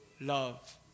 love